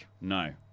No